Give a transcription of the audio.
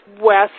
west